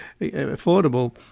affordable